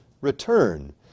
return